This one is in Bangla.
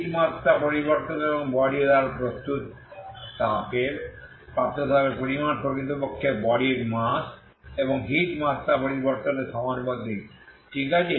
হিট মাত্রা পরিবর্তন এবং বডির দ্বারা প্রাপ্ত তাপের পরিমাণ প্রকৃতপক্ষে বডির মাস এবং হিট মাত্রা পরিবর্তনের সমানুপাতিক ঠিক আছে